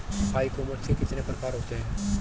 ई commerce के कितने प्रकार होते हैं?